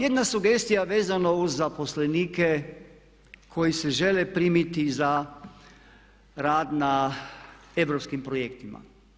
Jedna sugestija vezano uz zaposlenike koji se žele primiti za rad na europskim projektima.